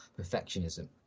perfectionism